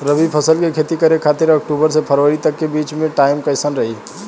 रबी फसल के खेती करे खातिर अक्तूबर से फरवरी तक के बीच मे टाइम कैसन रही?